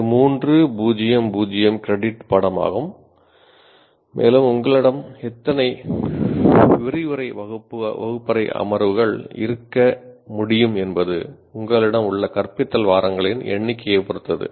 இது 3 0 0 கிரெடிட் பாடமாகும் மேலும் உங்களிடம் எத்தனை விரிவுரை வகுப்பறை அமர்வுகள் இருக்க முடியும் என்பது உங்களிடம் உள்ள கற்பித்தல் வாரங்களின் எண்ணிக்கையைப் பொறுத்தது